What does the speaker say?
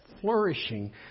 flourishing